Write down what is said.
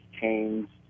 changed